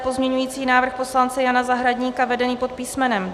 Pozměňovací návrh poslance Jana Zahradníka vedený pod písmenem D.